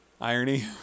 Irony